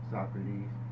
Socrates